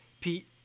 Pete